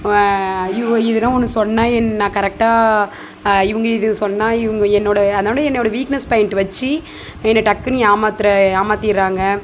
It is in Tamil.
இவு எதனா ஒன்று சொன்னால் என் நான் கரெக்டாக இவங்க இது சொன்னால் இவங்க என்னோடய அதனால் என்னோடய வீக்னஸ் பாய்ண்ட் வச்சு என்ன டக்குனு ஏமாற்றுற ஏமாற்றிட்றாங்க